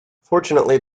fortunately